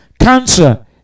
Cancer